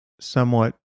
somewhat